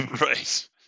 Right